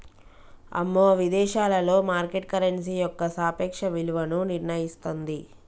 అమ్మో విదేశాలలో market currency యొక్క సాపేక్ష విలువను నిర్ణయిస్తుంది